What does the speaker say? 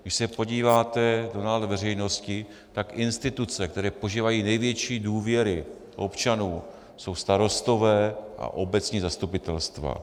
Když se podíváte na názor veřejnosti, tak instituce, které požívají největší důvěry občanů, jsou starostové a obecní zastupitelstva.